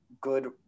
good